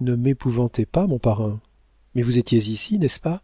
ne m'épouvantez pas mon parrain mais vous étiez ici n'est-ce pas